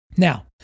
Now